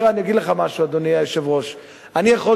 תראה, אני אגיד לך משהו, אדוני היושב-ראש.